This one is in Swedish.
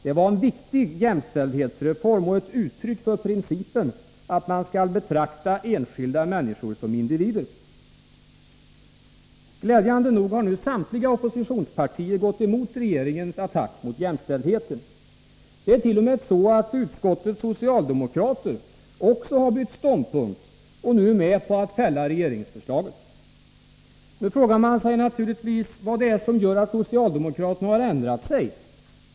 Det var en viktig jämställdhetsreform och ett uttryck för principen att man skall betrakta enskilda människor som individer. Glädjande nog har nu samtliga oppositionspartier gått emot regeringens attack mot jämställdheten. Det ärt.o.m. så att utskottets socialdemokrater också har bytt ståndpunkt och nu är med på att fälla regeringsförslaget. Nu frågar man sig naturligtvis vad det är som gör att socialdemokraterna har ändrat sig.